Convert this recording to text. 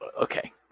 Okay